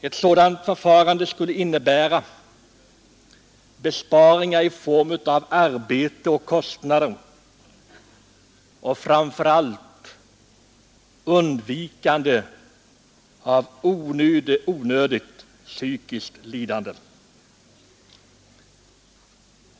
Ett sådant förfarande skulle innebära besparingar i form av arbete och kostnader och framför allt undvikande av onödigt psykiskt lidande.